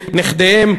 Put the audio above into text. נכדיהם,